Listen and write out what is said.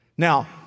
Now